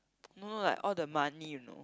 no like all the money you know